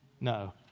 No